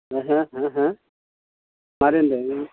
मा मा मारै होन्दों